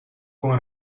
con